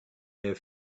their